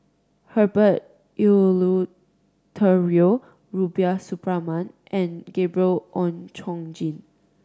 Herbert Eleuterio Rubiah Suparman and Gabriel Oon Chong Jin